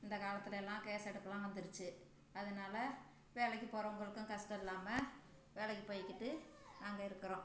இந்த காலத்துலலாம் கேஸ் அடுப்புலாம் வந்துடுச்சு அதனால் வேலைக்கு போகறவங்களுக்கும் கஷ்டம் இல்லாமல் வேலைக்கு போயிக்கிட்டு நாங்கள் இருக்குறோம்